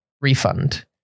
refund